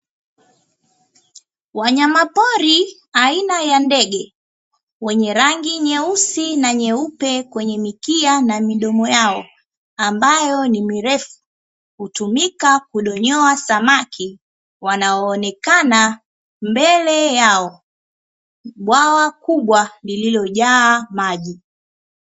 Wanyamapori aina ya ndege wenye rangi nyeusi na nyeupe kwenye mikia na midomo yao, ambayo ni mirefu hutumika kudonyoa samaki wanaoonekana mbele yao; bwawa kubwa lililojaa maji.